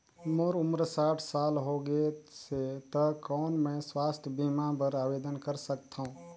मोर उम्र साठ साल हो गे से त कौन मैं स्वास्थ बीमा बर आवेदन कर सकथव?